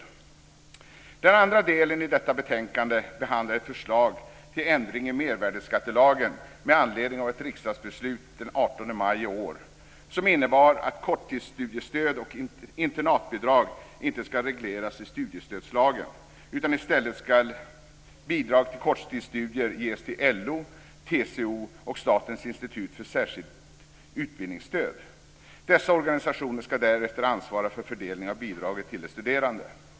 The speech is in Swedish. I den andra delen av detta betänkande behandlas ett förslag till ändring i mervärdesskattelagen med anledning av ett riksdagsbeslut den 18 maj i år som innebar att korttidsstudiestöd och internatbidrag inte ska regleras i studiestödslagen. I stället ska medel för bidrag till korttidsstudier ges till LO, TCO och Statens institut för särskilt utbildningsstöd. Dessa organisationer ska därefter ansvara för fördelning av bidraget till de studerande.